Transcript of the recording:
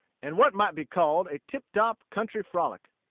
and what might be called a tip-top country frolic.